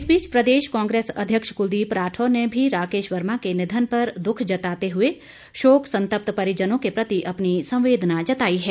इस बीच प्रदेश कांग्रेस अध्यक्ष कुलदीप राठौर ने भी राकेश वर्मा के निधन पर दुख जताते हुए शोक संतप्त परिजनों के प्रति अपनी संवदेना जताई है